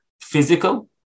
physical